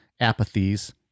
apathies